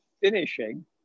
finishing